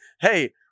hey